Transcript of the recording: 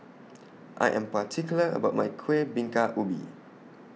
I Am particular about My Kueh Bingka Ubi